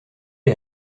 est